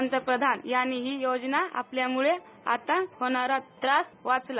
पंतप्रधान यांनी ही योजना आपल्यामुळे आता होणारा त्रास वाचला